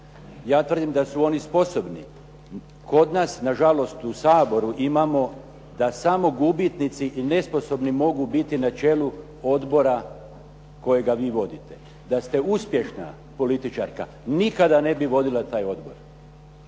Ja tvrdim da su oni sposobni. Kod nas nažalost u Saboru imamo da samo gubitnici i nesposobni mogu biti na čelu odbora kojega vi vodite. Da ste uspješna političarka, nikada ne bi vodila taj odbor.